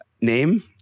name